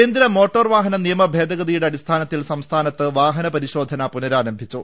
കേന്ദ്ര മോട്ടോർ വാഹന നിയമ ഭേദഗ്തിയുടെ അടിസ്ഥാനത്തിൽ സംസ്ഥാനത്ത് വാഹന പരിശ്വോധന് പുനരാരംഭിച്ചു